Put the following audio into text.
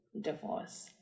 divorce